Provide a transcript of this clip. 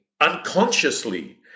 unconsciously